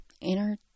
Inner